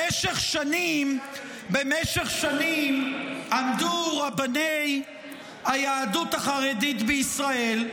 במשך שנים עמדו רבני היהדות החרדית בישראל,